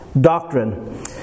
doctrine